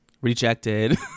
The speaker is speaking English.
rejected